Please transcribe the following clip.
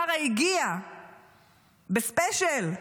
שרה הגיעה בספיישל,